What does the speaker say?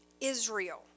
Israel